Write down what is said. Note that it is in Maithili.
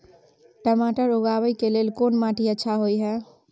टमाटर उगाबै के लेल कोन माटी अच्छा होय है?